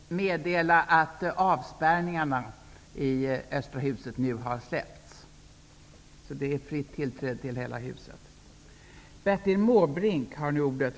Jag ber att få meddela att avspärrningarna i östra huset nu släppts. Det är nu fritt tillträde till hela huset.